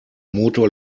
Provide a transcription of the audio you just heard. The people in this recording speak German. motor